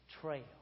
trail